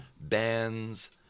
bands